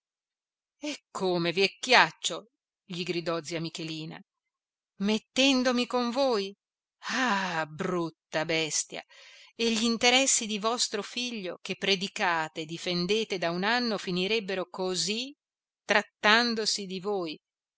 e come vecchiaccio gli gridò zia michelina mettendomi con voi ah brutta bestia e gli interessi di vostro figlio che predicate e difendete da un anno finirebbero così trattandosi di voi